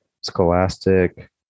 scholastic